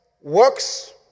works